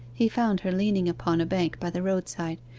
he found her leaning upon a bank by the roadside,